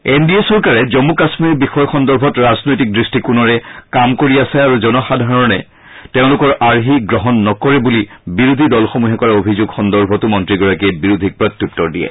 N D A চৰকাৰে জম্মু কাম্মীৰ বিষয় সন্দৰ্ভত ৰাজনৈতিক দৃষ্টিকোণেৰে কাম কৰি আছে আৰু জনসাধাৰণে তেওঁলোকৰ আৰ্হি গ্ৰহণ নকৰে বুলি বিৰোধী দলসমূহে কৰা অভিযোগ সন্দৰ্ভতো মন্ত্ৰীগৰাকীয়ে বিৰোধীক প্ৰত্যুত্তৰ দিয়ে